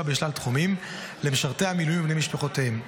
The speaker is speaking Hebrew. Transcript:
בשלל תחומים למשרתי המילואים ובני משפחותיהם.